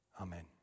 Amen